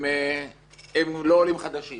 הם לא עולים חדשים